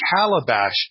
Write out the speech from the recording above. calabash